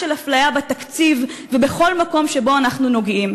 של אפליה בתקציב ובכל מקום שבו אנחנו נוגעים.